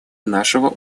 нашего